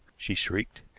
she shrieked.